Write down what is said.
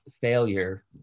failure